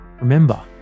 Remember